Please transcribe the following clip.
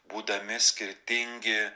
būdami skirtingi